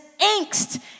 angst